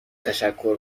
تشکر